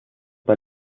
bei